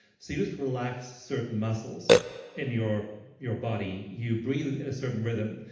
so you just relax certain muscles in your your body. you breathe in a certain rhythm.